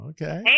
Okay